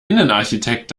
innenarchitekt